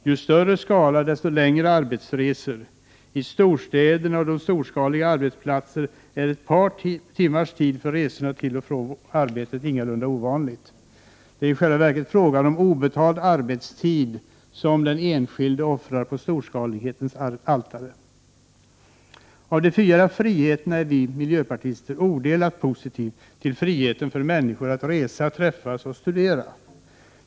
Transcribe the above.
Ju större skala, desto längre arbetsresor. I storstäder med storskaliga arbetsplatser är ett par timmars tid för resor till och från arbetet ingalunda ovanligt. Det är i själva verket obetald arbetstid som den enskilde offrar på storskalighetens altare. När det gäller de fyra friheterna är vi i miljöpartiet odelat positiva till friheten för människor att resa, träffas och studera.